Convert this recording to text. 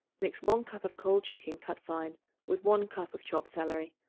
mix one cup of cold chicken cut fine with one cup of chopped celery,